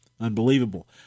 unbelievable